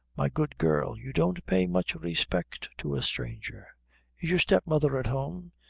my good girl, you don't pay much respect to a stranger. is your stepmother at home?